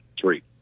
three